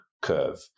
curve